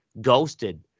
ghosted